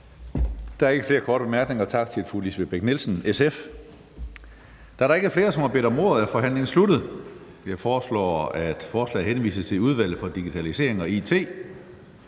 Der er ikke flere korte bemærkninger. Tak til fru Lisbeth Bech-Nielsen, SF. Da der ikke er flere, som har bedt om ordet, er forhandlingen sluttet. Jeg foreslår, at forslaget til folketingsbeslutning henvises til Udvalget for Digitalisering og It.